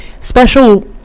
special